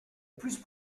plus